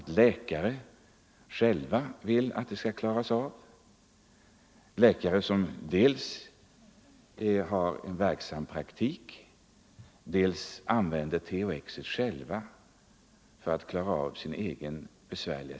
Sådana önskemål har även framförts av läkare, dels sådana som har verksam praktik, dels sådana som använder THX för att behandla egna krämpor.